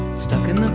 stuck in